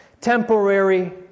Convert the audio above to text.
temporary